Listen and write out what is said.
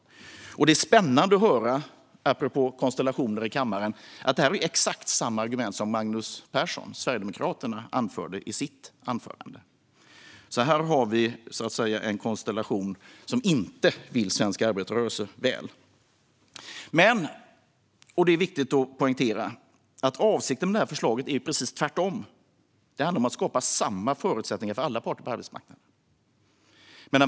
Apropå konstellationer i kammaren är det spännande att höra att det är exakt samma argument som Magnus Persson, Sverigedemokraterna, anförde i sitt anförande. Här har vi en konstellation som inte vill svensk arbetarrörelse väl. Det är viktigt att poängtera att avsikten med förslaget är precis tvärtom. Det handlar om att skapa samma förutsättningar för alla parter på arbetsmarknaden.